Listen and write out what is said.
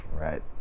Right